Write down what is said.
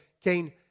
Cain